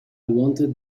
wanted